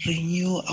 renew